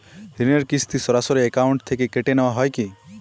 ঋণের কিস্তি সরাসরি অ্যাকাউন্ট থেকে কেটে নেওয়া হয় কি?